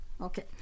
okay